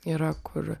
yra kur